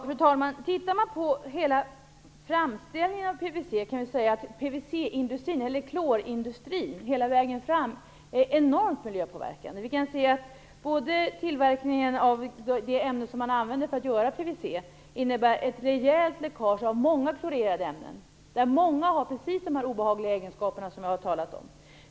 Fru talman! Ser man på klorindustrin, som framställer PVC, finner man att den genomgående är enormt miljöpåverkande. Tillverkningen av de ämnen som man använder för att göra PVC innebär ett rejält läckage av många klorerade ämnen som har precis de obehagliga egenskaper som jag har talat om.